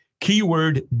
keyword